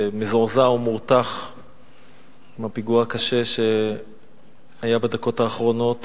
מזועזע ומורתח מהפיגוע הקשה שהיה בדקות האחרונות